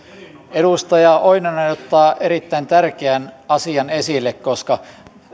edustaja oinonen ottaa erittäin tärkeän asian esille koska